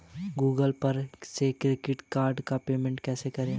Google पर से credit card का पेमेंट कैसे करें?